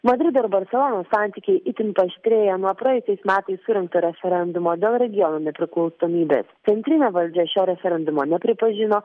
madrido ir barselonos santykiai itin paaštrėję nuo praėjusiais metais surengto referendumo dėl regiono nepriklausomybės centrinė valdžia šio referendumo nepripažino